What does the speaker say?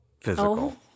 Physical